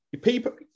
People